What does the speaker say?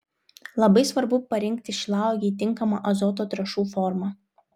labai svarbu parinkti šilauogei tinkamą azoto trąšų formą